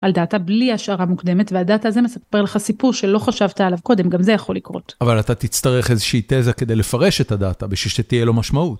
על דאטה בלי השערה מוקדמת, והדאטה הזו מספר לך סיפור שלא חשבת עליו קודם, גם זה יכול לקרות. אבל אתה תצטרך איזושהי תזה כדי לפרש את הדאטה, בשביל שתהיה לו משמעות.